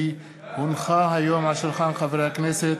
כי הונחה היום על שולחן הכנסת